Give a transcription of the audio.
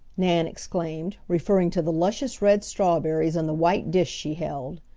nan exclaimed, referring to the luscious red strawberries in the white dish she held.